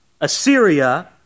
Assyria